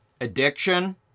Addiction